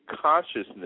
consciousness